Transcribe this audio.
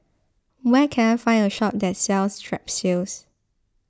where can I find a shop that sells Strepsils